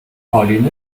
pauline